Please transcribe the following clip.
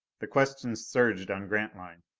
the questions surged on grantline.